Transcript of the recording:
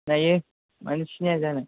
सिनायो मानो सिनाया जानो